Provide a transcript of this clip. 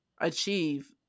achieve